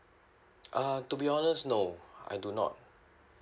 uh to be honest no I do not